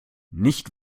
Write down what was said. nicht